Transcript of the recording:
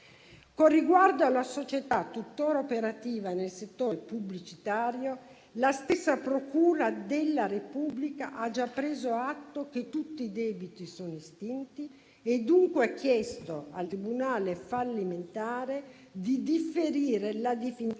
Con riguardo alla società tuttora operativa nel settore pubblicitario, la stessa procura della Repubblica ha già preso atto che tutti i debiti sono estinti e dunque ha chiesto al tribunale fallimentare di differire la definizione